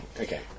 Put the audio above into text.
Okay